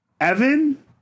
Evan